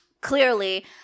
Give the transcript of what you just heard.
clearly